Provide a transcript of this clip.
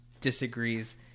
disagrees